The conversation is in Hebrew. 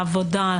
לעבודה,